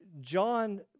John